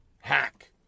hack